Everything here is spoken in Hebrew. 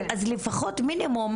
אז לפחות מינימום,